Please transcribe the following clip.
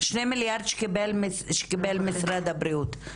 שני מיליארד שקיבל משרד הבריאות,